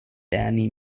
dani